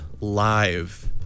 live